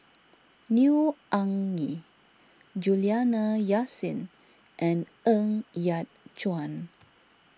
Neo Anngee Juliana Yasin and Ng Yat Chuan